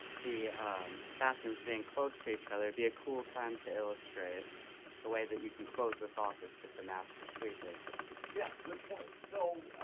the um bathrooms being close to each other, it'd be a cool time to illustrate the way that you can close this off as just a master suite, basically. yeah, good point. so,